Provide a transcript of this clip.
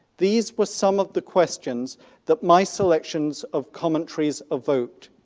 these were some of the questions that my selections of commentaries evoked.